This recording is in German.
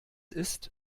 ist